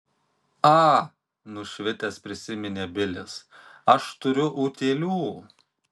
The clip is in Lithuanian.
a nušvitęs prisiminė bilis aš turiu utėlių